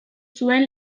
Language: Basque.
zuen